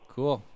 Cool